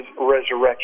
resurrection